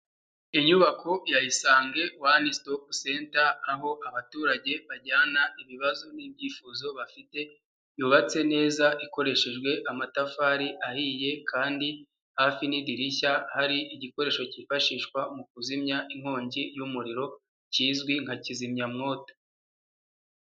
Inyubako ya Isange one stop center aho abaturage bajyana ibibazo n'ibyifuzo bafite, yubatse neza ikoreshejwe amatafari ahiye kandi hafi n'idirishya hari igikoresho cyifashishwa mu kuzimya inkongi y'umuriro kizwi nka kizimyamwoto.